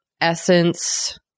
Essence